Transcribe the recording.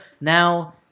Now